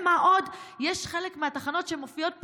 חלק מהתחנות מופיעות פעמיים,